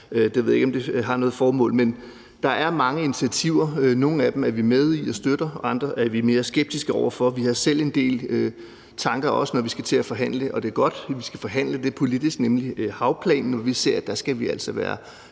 ved jeg ikke om har noget formål, men der er mange initiativer. Nogle af dem er vi med i og støtter, andre er vi mere skeptiske over for. Vi har også selv en del tanker, når vi skal til at forhandle havplanen – og det er godt, at vi skal forhandle den politisk – og vi ser, at der skal vi altså være